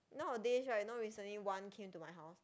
nowadays right you know recently one came to my house